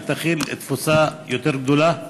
שהתפוסה תהיה יותר גדולה?